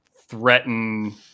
threaten